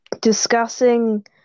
discussing